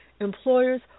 employers